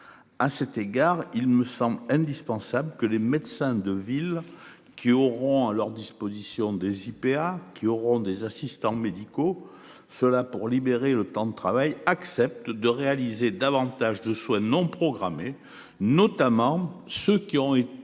À cet égard, il me semble indispensable que les médecins de ville qui auront à leur disposition des IPA qui auront des assistants médicaux cela pour libérer le temps de travail accepte de réaliser davantage de soins non programmés, notamment ceux qui ont et